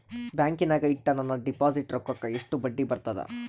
ಬ್ಯಾಂಕಿನಾಗ ಇಟ್ಟ ನನ್ನ ಡಿಪಾಸಿಟ್ ರೊಕ್ಕಕ್ಕ ಎಷ್ಟು ಬಡ್ಡಿ ಬರ್ತದ?